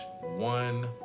one